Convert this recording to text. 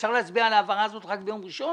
אפשר להצביע על ההעברה הזאת רק ביום ראשון.